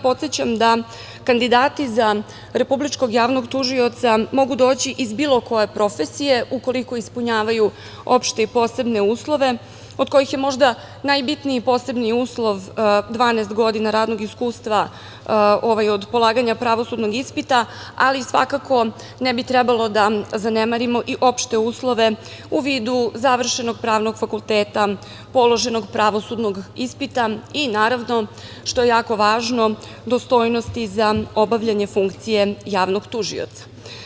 Podsećam da kandidati za Republičkog javnog tužioca mogu doći iz bilo koje profesije ukoliko ispunjavaju opšte i posebne uslove, od kojih je možda najbitniji posebni uslov dvanaest godina radnog iskustva od polaganja pravosudnog ispita, ali svakako, ne bi trebalo da zanemarimo i opšte uslove u vidu završenog Pravnog fakulteta, položenog pravosudnog ispita i naravno, dostojnost za obavljanje funkcije javnog tužioca.